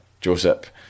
Joseph